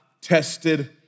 tested